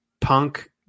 punk